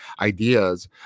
ideas